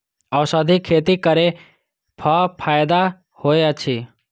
औषधि खेती करे स फायदा होय अछि?